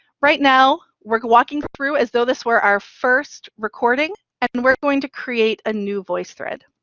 right now, we're walking through as though this were our first recording, and we're going to create a new voicethread.